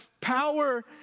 power